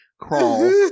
Crawl